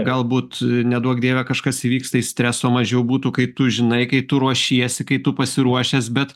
galbūt neduok dieve kažkas įvyksta ir streso mažiau būtų kai tu žinai kai tu ruošiesi kai tu pasiruošęs bet